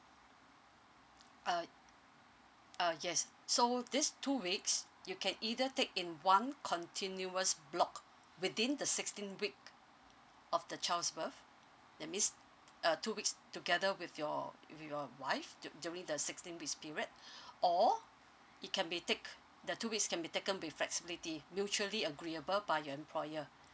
uh uh yes so these two weeks you can either take in one continuous block within the sixteen week of the child's birth that means uh two weeks together with your with your wife du~ during the sixteen weeks period or it can be take the two weeks can be taken with flexibility mutually agreeable by your employer